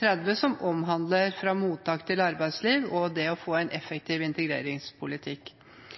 2015–2016, Fra mottak til arbeidsliv – en effektiv integreringspolitikk. Dette er tiltak som hele Stortinget har stilt seg bak, og som sikrer en forutsigbar og mest mulig effektiv